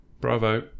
Bravo